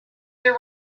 their